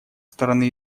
стороны